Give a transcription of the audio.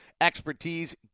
expertise